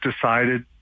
decided